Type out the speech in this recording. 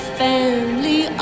family